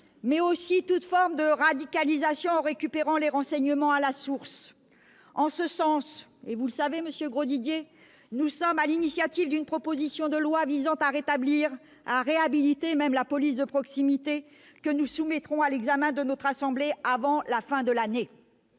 contre toute forme de radicalisation en récupérant les renseignements à la source. En ce sens- vous le savez, monsieur Grosdidier -, nous sommes à l'initiative d'une proposition de loi visant à rétablir, voire à réhabiliter, la police de proximité, que nous soumettrons à l'examen de notre assemblée avant la fin de l'année.